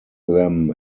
them